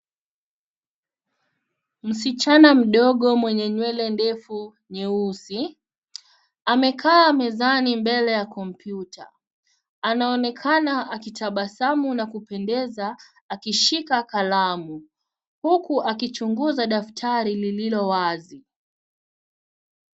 Msichana mdogo mwenye nywele ndefu nyeusi, amekaa mezani mbele ya kompyuta. Anaonekana akitabasamu na kupendeza akishika kalamu huku akichunguza daftari lililo wazi.